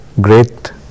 great